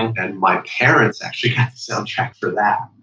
and my parents actually have to sell check for that.